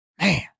Man